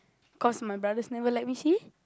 cause my brothers never let me see